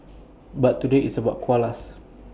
but today it's about koalas